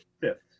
fifth